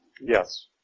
Yes